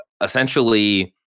essentially